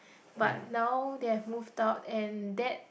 but now they have moved out and that